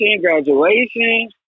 Graduation